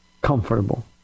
comfortable